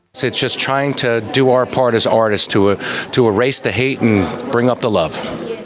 it's just trying to do our part as artists to ah to erase the hate and bring up the love.